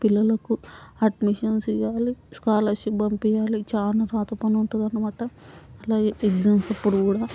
పిల్లలకు అడ్మిషన్స్ ఇవ్వాలి స్కాలర్షిప్ పంపించాలి చాలా వ్రాత పని ఉంటుంది అన్నమాట అట్లాగే ఎగ్జామ్స్ అప్పుడు కూడా